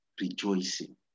Rejoicing